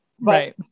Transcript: Right